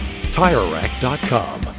TireRack.com